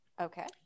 Okay